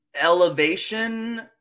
elevation